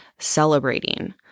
celebrating